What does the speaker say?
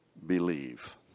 believe